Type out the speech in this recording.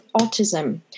autism